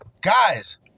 guys